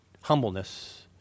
humbleness